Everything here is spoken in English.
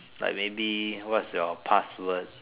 like maybe what's your password